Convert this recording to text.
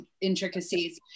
intricacies